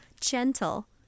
gentle